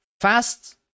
fast